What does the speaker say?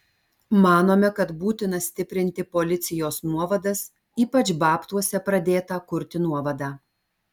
manome kad būtina stiprinti policijos nuovadas ypač babtuose pradėtą kurti nuovadą